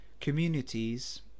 communities